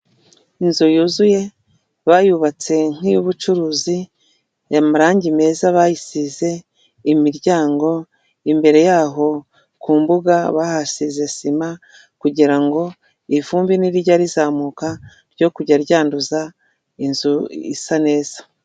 Inzu yuzuye, bayubatse nk'iy'ubucuruzi, amarangi meza bayisize, imiryango, imbere yaho ku mbuga bahasize sima kugira ngo ivumbi nirijya rizamuka ryo kujya ryanduza inzu isa neza.